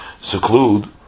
seclude